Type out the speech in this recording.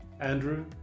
Andrew